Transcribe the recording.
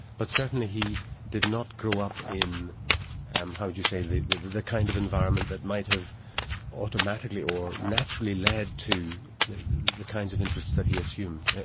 but certainly he did not grow up in and how do you say? the the kind of environment that might have automatically, or naturally, led to the the kinds of interests that he assumed.